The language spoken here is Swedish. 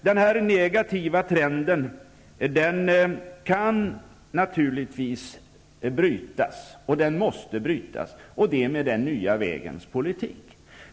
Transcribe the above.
Den här negativa trenden kan naturligtvis brytas och den måste brytas, och det med den nya vägens politik.